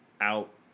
out